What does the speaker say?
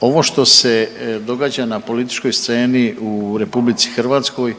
Ovo što se događa na političkoj sceni u Republici Hrvatskoj